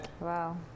Wow